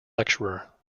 lecturer